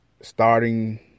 starting